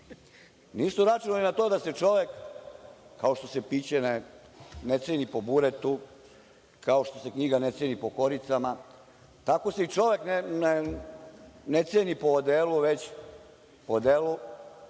računali na to da se čovek, kao što se piće ne ceni po buretu, kao što se knjiga ne ceni po koricama, tako se i čovek ne ceni po odelu već po delu.